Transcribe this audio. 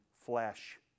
flesh